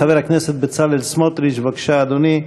חבר הכנסת בצלאל סמוטריץ, בבקשה, אדוני.